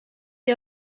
dir